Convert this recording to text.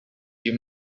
you